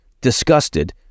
disgusted